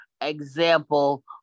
example